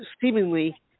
seemingly